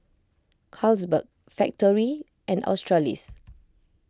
Carlsberg Factorie and Australis